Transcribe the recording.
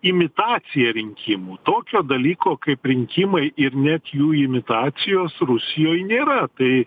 imitacija rinkimų tokio dalyko kaip rinkimai ir net jų imitacijos rusijoj nėra tai